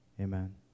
Amen